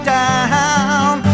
down